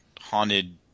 haunted